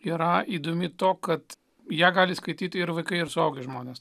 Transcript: yra įdomi to kad jie gali skaityti ir vaikai ir suaugę žmonės